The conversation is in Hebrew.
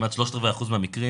כמעט שלושת רבעי אחוז מהמקרים,